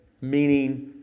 meaning